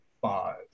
Five